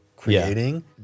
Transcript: Creating